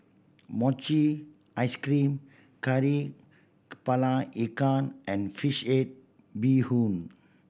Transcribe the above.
mochi ice cream Kari Kepala Ikan and fish head bee hoon